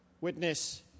Witness